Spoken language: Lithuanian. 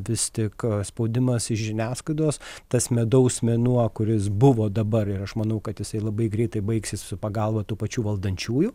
vis tik spaudimas iš žiniasklaidos tas medaus mėnuo kuris buvo dabar ir aš manau kad jisai labai greitai baigsis su pagalba tų pačių valdančiųjų